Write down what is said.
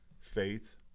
faith